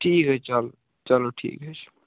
ٹھیٖک حظ چلو چلو ٹھیٖک حظ چھ